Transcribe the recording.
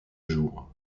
jour